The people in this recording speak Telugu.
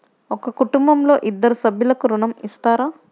ఒక కుటుంబంలో ఇద్దరు సభ్యులకు ఋణం ఇస్తారా?